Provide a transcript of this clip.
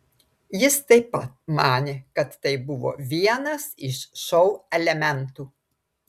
jis taip pat manė kad tai buvo vienas iš šou elementų